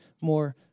more